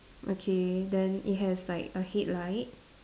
okay then it has like a headlight